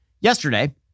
Yesterday